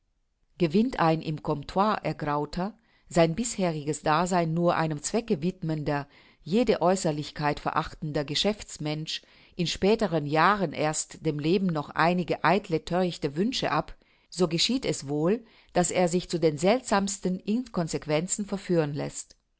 gewinnt ein im comptoir ergrauter sein bisheriges dasein nur einem zwecke widmender jede aeußerlichkeit verachtender geschäftsmensch in späteren jahren erst dem leben noch einige eitle thörichte wünsche ab so geschieht es wohl daß er sich zu den seltsamsten inconsequenzen verführen läßt